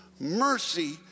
Mercy